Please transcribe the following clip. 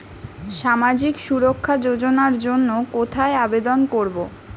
সামাজিক সুরক্ষা যোজনার জন্য কোথায় আবেদন করব?